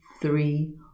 three